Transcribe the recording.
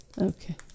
Okay